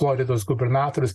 floridos gubernatorius